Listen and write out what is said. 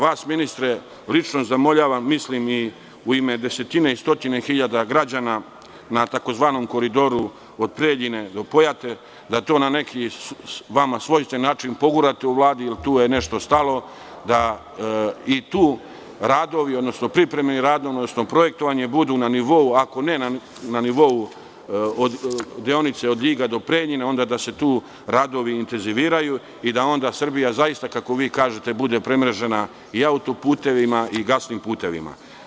Vas, ministre, lično zamoljavam u ime desetine i stotine hiljada građana na tzv. Koridoru od Preljine do Pojate, da to na neki vama svojstven način pogurate u Vladi, jer tu je nešto stalo, da i tu radovi, odnosno projektovanje bude na nivou, ako ne na nivou deonice od Ljiga o Preljine, onda da se tu radovi intenziviraju i da onda Srbija zaista, kako vi kažete, bude premrežena i autoputevima i gasnim putevima.